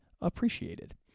appreciated